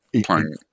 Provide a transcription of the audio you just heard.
playing